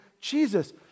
Jesus